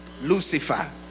Lucifer